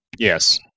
Yes